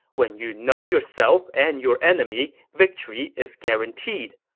when you know yourself and your enemy, victory is guaranteed.